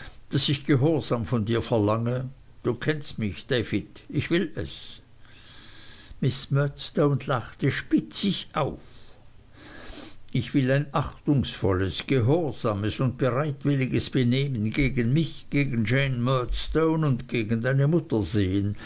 daß ich gehorsam von dir verlange du kennst mich david ich will es miß murdstone lachte spitzig auf ich will ein achtungsvolles gehorsames und bereitwilliges benehmen gegen mich gegen jane murdstone und gegen deine mutter sehen